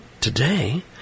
today